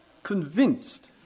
Convinced